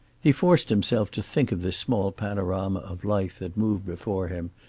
he forced himself to think of this small panorama of life that moved before him,